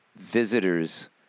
Visitors